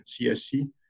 CSC